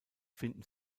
finden